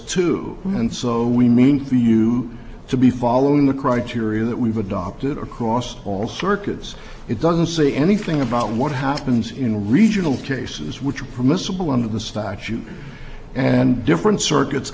to and so we mean for you to be following the criteria that we've adopted across all circuits it doesn't say anything about what happens in regional to cases which are permissible under the statute and different circuits